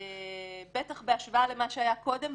בטח בהשוואה למה שהיה קודם,